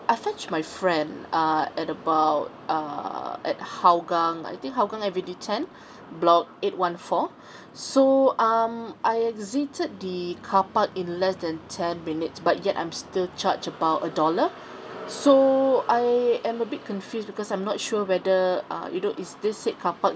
I fetched my friend uh at about uh at hougang I think hougang avenue ten block eight one four so um I exited the carpark in less than ten minutes but yet I'm still charged about a dollar so I I'm a bit confused because I'm not sure whether uh you know is this said carpark